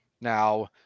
Now